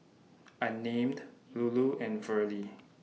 Unnamed Lulu and Verlie